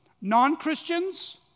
Non-Christians